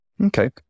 Okay